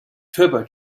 turbo